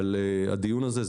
על הדיון הזה.